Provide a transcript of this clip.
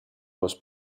was